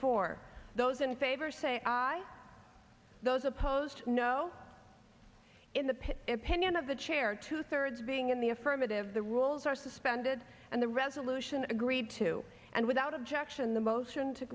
four those in favor say aye aye those opposed no in the pit opinion of the chair two thirds being in the affirmative the rules are suspended and the resolution agreed to and without objection the motion to